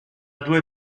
due